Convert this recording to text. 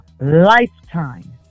lifetime